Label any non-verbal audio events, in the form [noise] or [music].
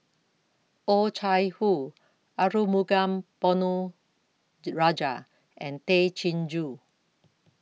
Oh Chai Hoo Arumugam Ponnu [noise] Rajah and Tay Chin Joo